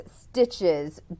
stitches